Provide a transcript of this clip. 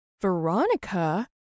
Veronica